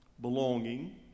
belonging